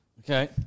Okay